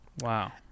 Wow